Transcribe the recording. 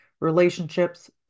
relationships